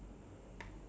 work place